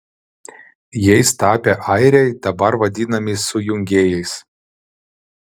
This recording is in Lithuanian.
jais tapę airiai dabar vadinami sujungėjais